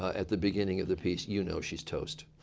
at the beginning of the piece you know she's toast.